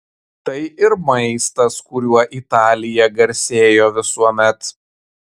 tai ir maistas kuriuo italija garsėjo visuomet